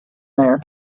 there